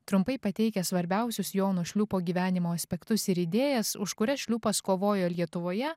trumpai pateikia svarbiausius jono šliūpo gyvenimo aspektus ir idėjas už kurias šliūpas kovojo lietuvoje